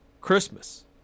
Christmas